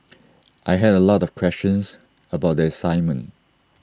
I had A lot of questions about the assignment